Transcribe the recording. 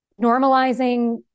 normalizing